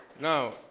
Now